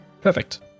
Perfect